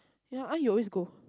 ya I always go